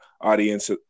audience